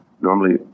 Normally